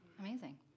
Amazing